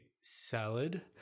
salad